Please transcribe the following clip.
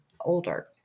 older